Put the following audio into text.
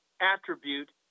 Attribute